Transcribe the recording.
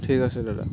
ঠিক আছে দাদা